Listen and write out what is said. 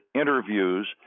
interviews